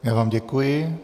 Já vám děkuji.